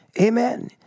Amen